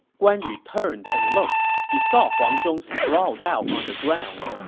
guan yu turned and looked. he saw huang zhong sprawled out on the ground.